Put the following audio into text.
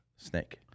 Snake